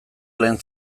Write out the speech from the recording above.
lehen